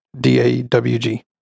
D-A-W-G